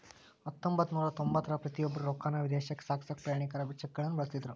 ಹತ್ತೊಂಬತ್ತನೂರ ತೊಂಬತ್ತರಾಗ ಪ್ರತಿಯೊಬ್ರು ರೊಕ್ಕಾನ ವಿದೇಶಕ್ಕ ಸಾಗ್ಸಕಾ ಪ್ರಯಾಣಿಕರ ಚೆಕ್ಗಳನ್ನ ಬಳಸ್ತಿದ್ರು